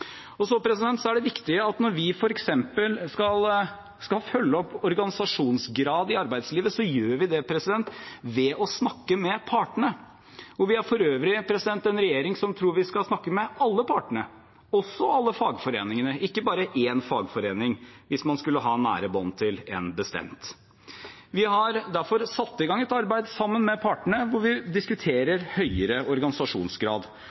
er viktig at når vi f.eks. skal følge opp organisasjonsgrad i arbeidslivet, så gjør vi det ved å snakke med partene. Vi er for øvrig en regjering som tror vi skal snakke med alle partene, også alle fagforeningene, ikke bare én fagforening, hvis man skulle ha nære bånd til en bestemt. Vi har derfor satt i gang et arbeid sammen med partene, hvor vi diskuterer høyere organisasjonsgrad.